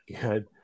good